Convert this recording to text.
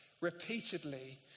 repeatedly